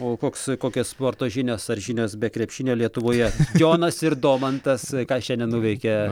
o koks kokios sporto žinios ar žinios be krepšinio lietuvoje jonas ir domantas ką šiandien nuveikė